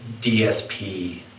DSP